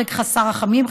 הרג חסר רחמים,